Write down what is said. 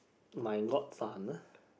my godson